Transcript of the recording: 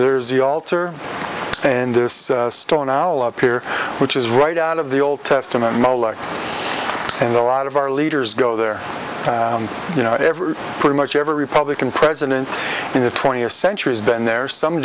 there's the altar and this stone owl up here which is right out of the old testament and a lot of our leaders go there you know ever pretty much every republican president in the twentieth century has been there some